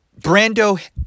Brando